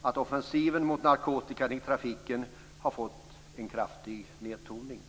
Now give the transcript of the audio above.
offensiven när det gäller narkotikan i trafiken har fått en kraftig nedtoning.